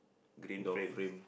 green frame